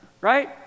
right